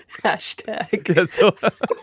hashtag